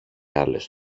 άλλες